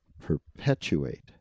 perpetuate